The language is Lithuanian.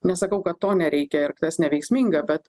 nesakau kad to nereikia ir tas neveiksminga bet